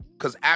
cause